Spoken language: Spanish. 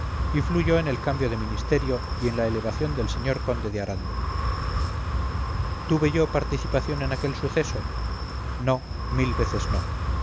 influyó en el cambio de ministerio y en la elevación del señor conde de aranda tuve yo participación en aquel suceso no mil veces no